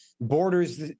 borders